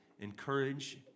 encourage